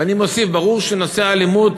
ואני מוסיף, ברור שנושא האלימות